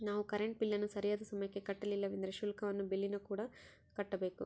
ನಾವು ಕರೆಂಟ್ ಬಿಲ್ಲನ್ನು ಸರಿಯಾದ ಸಮಯಕ್ಕೆ ಕಟ್ಟಲಿಲ್ಲವೆಂದರೆ ಶುಲ್ಕವನ್ನು ಬಿಲ್ಲಿನಕೂಡ ಕಟ್ಟಬೇಕು